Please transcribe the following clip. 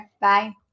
Bye